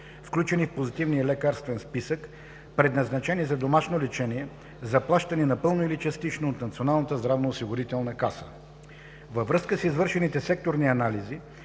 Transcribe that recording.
включени в Позитивния лекарствен списък, предназначени за домашно лечение, заплащани напълно или частично от Националната здравноосигурителна каса. Въз връзка с извършените секторни анализи,